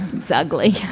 it's ugly.